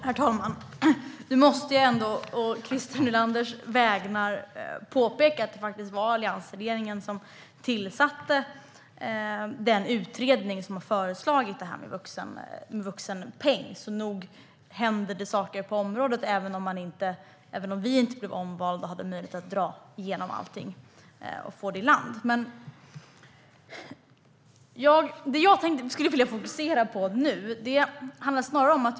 Herr talman! Nu måste jag å Christer Nylanders vägnar påpeka att det faktiskt var alliansregeringen som tillsatte den utredning som har föreslagit det här med vuxenpeng, så nog händer det saker på området även om vi inte blev omvalda och hade möjlighet att dra igenom allting och få det i land. Nu ska jag gå över till det jag skulle vilja fokusera på.